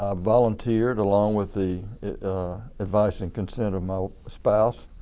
ah volunteered along with the advising consent of my spouse,